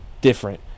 different